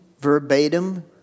verbatim